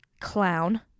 clown